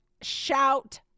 shout